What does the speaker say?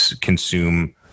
consume